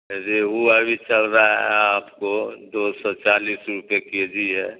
ریہو ابھی چل رہا ہے آپ کو دو سو چالیس روپے کے جی ہے